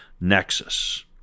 nexus